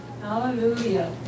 Hallelujah